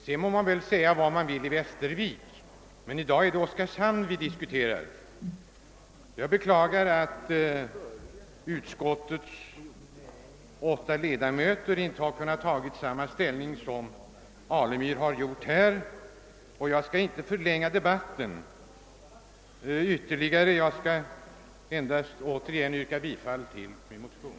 Sedan må man säga vad man vill i Västervik. I dag är det Oskarshamn vi diskuterar. Jag beklagar att de åtta socialdemokratiska ledamöterna i bankoutskottet inte kunnat inta samma ståndpunkt som herr Alemyr gjort. Jag skall inte förlänga debatten ytterligare utan vill endast än en gång yrka bifall till vår motion.